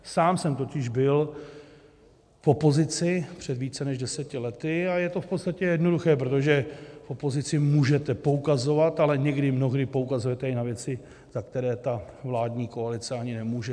Sám jsem totiž byl v opozici před více než deseti lety a je to v podstatě jednoduché, protože v opozici můžete poukazovat, ale někdy, mnohdy poukazujete i na věci, za které vládní koalice ani nemůže.